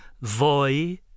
Voi